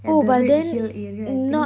at the red hill area I think